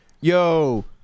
yo